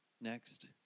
Next